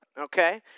okay